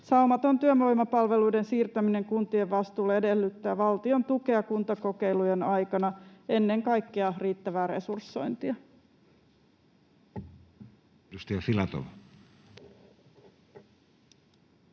Saumaton työvoimapalveluiden siirtäminen kuntien vastuulle edellyttää valtion tukea kuntakokeilujen aikana, ennen kaikkea riittävää resursointia.